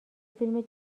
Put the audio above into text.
فیلم